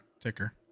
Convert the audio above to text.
ticker